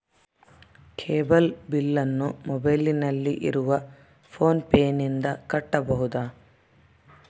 Cable ಬಿಲ್ಲನ್ನು ಮೊಬೈಲಿನಲ್ಲಿ ಇರುವ ಫೋನ್ ಪೇನಿಂದ ಕಟ್ಟಬಹುದಾ?